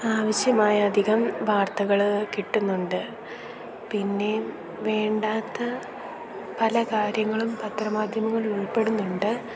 ആവശ്യമായ അധികം വാർത്തകൾ കിട്ടുന്നുണ്ട് പിന്നെ വേണ്ടാത്ത പല കാര്യങ്ങളും പത്രമാധ്യമങ്ങൾ ഉൾപ്പെടുന്നുണ്ട്